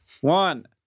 One